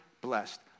blessed